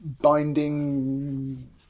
binding